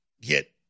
get